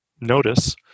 notice